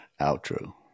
outro